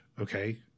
okay